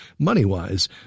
MoneyWise